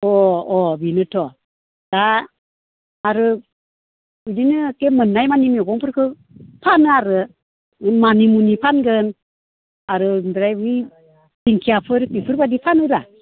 अ अ बेनोथ' हा आरो बिदिनो एक्के मोननायमानि मैगंफोरखो फानो आरो मानि मुनि फानगोन आरो ओमफ्राय बे दिंखियाफोर बेफोरबायदि फानोरा